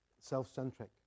self-centric